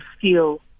feel